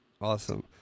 Awesome